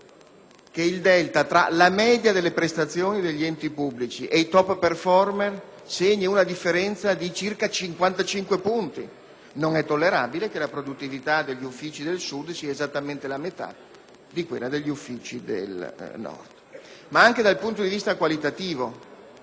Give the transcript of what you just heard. che il delta tra la media delle prestazioni degli enti pubblici e i *top* *performer* segni una differenza di circa 55 punti. Non è tollerabile che la produttività degli uffici del Sud sia esattamente la metà di quella degli uffici del Nord. Ma anche dal punto di vista qualitativo,